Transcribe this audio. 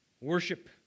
worship